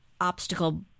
obstacle